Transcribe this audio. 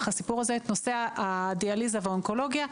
הסיפור הזה את נושא הדיאליזה והאונקולוגיה.